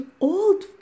old